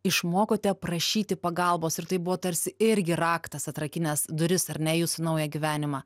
išmokote prašyti pagalbos ir tai buvo tarsi irgi raktas atrakinęs duris ar ne į jūsų naują gyvenimą